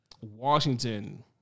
Washington